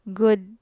good